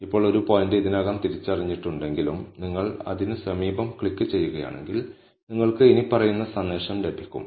ഇപ്പോൾ ഒരു പോയിന്റ് ഇതിനകം തിരിച്ചറിഞ്ഞിട്ടുണ്ടെങ്കിലും നിങ്ങൾ അതിന് സമീപം ക്ലിക്കുചെയ്യുകയാണെങ്കിൽ നിങ്ങൾക്ക് ഇനിപ്പറയുന്ന സന്ദേശം ലഭിക്കും